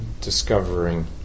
discovering